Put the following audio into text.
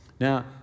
Now